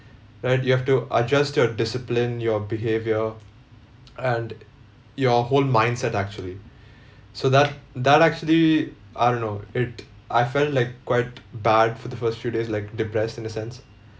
and you have to adjust your discipline your behaviour and your whole mindset actually so that that actually I don't know it I felt like quite bad for the first few days like depressed in a sense